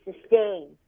sustain